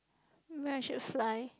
ya I should fly